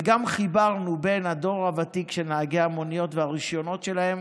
וגם חיברנו בין הדור הוותיק של נהגי המוניות והרישיונות שלהם